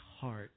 heart